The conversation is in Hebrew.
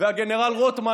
והגנרל רוטמן,